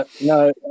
No